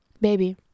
baby